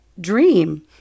dream